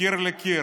מקיר לקיר: